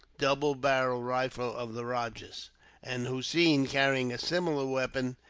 double-barrelled rifle of the rajah's and hossein, carrying a similar weapon,